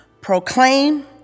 proclaim